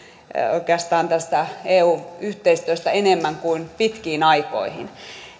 oikeastaan tästä eu yhteistyöstä enemmän kuin pitkiin aikoihin